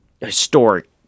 historic